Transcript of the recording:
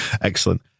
Excellent